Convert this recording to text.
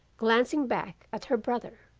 glancing back at her brother.